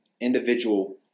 individual